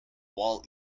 wall